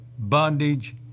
bondage